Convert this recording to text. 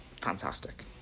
fantastic